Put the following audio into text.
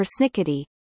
persnickety